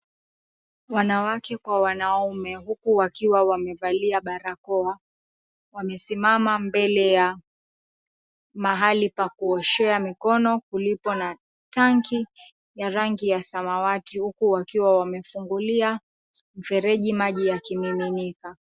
Wanawake kwa wanaume huku wakiwa wamevalia barakoa, wamesimama mbele ya mahali pa kuoshea mikono kuliko na tanki ya rangi ya samawati, huku wakiwa wamefungulia mfereji maji yakimiminika.